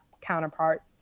counterparts